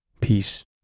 peace